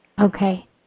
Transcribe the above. Okay